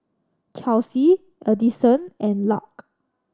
Chelsea Adyson and Lark